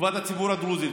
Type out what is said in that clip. לטובת הציבור הדרוזי,